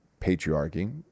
patriarchy